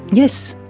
yes,